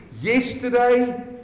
yesterday